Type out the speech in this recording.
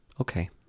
Okay